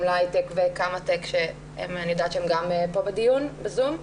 להייטק וקמאטק שאני יודעת שהם גם פה בדיון בזום,